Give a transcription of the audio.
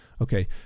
Okay